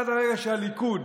עד הרגע שהליכוד,